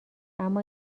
اما